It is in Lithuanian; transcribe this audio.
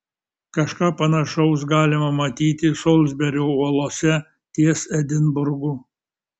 kažką panašaus galima matyti solsberio uolose ties edinburgu